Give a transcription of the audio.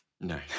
no